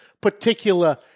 particular